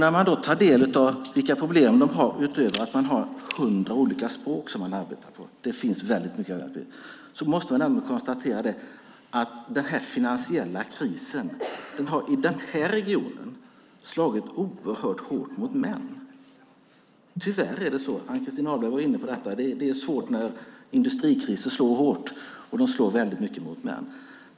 När man tar del av vilka problem de har, utöver att de har hundra olika språk som de arbetar på, måste man konstatera att den finansiella krisen i den här regionen har slagit oerhört hårt mot män. Tyvärr är det så, och Ann-Christin Ahlberg var inne på detta. Det är svårt när industrikriser slår till, och de slår väldigt hårt mot män.